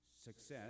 success